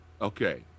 okay